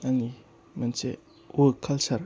आंनि मोनसे work culture